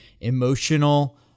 emotional